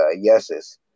yeses